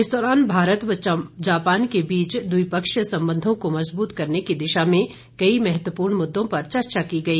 इस दौरान भारत व जापान के बीच द्विपक्षीय संबंधों को मजबूत करने की दिशा में कई महत्वपूर्ण मुद्दों पर चर्चा की गई